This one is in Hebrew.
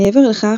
מעבר לכך,